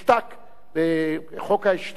וחוק ההשתק עובד לגביו.